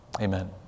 amen